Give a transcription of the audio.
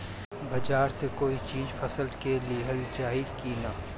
बाजार से कोई चीज फसल के लिहल जाई किना?